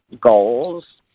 goals